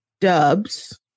dubs